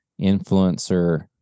influencer